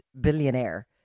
billionaire